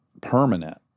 permanent